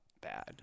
bad